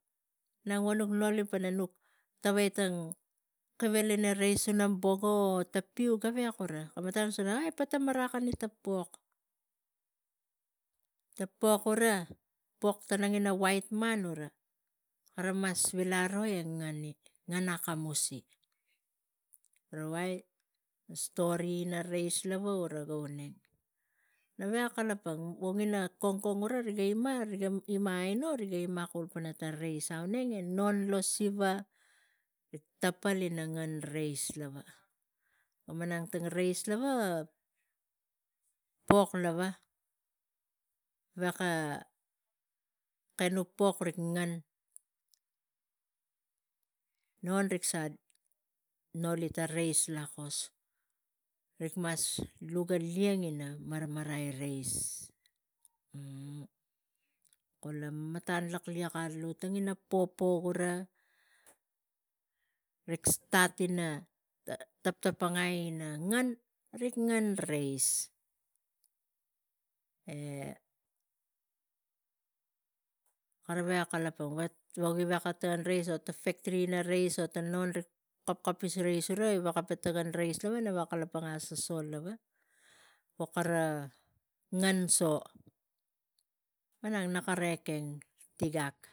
Nau vo nuk noli pana nuk vuk tavai tang kival ina reis su na bogu o tang piuu gavek gara kaman taim rik kus pana, ai pata marakani pok ta pok gura pok tana ina wait man ura kara mas vilai ro neni e kara ngeni, ngen akamusi. Garavai stori ina reis lava ga uneng na veko kalapang vo tang kongkong gura riga ima aino ima kumana reis auneng e non ina siva rik tapal ina ngen reis lava ga malang tang reis ga ong lava gaveka kanu pok rik ngen, non rik sa ngen reis lakos rik mas luga lieng ina marmarai reis, kula matan lak liek alu tang ina popo gura rik stat ina taktapangai ina rik ngen reis e kara veko kalapang vagi veko tokon reis ri ina non rik kapkapis reis e gi vekon tokon reis lava vo kara kalapang pana kara ngen so malang nak kara eken, tigak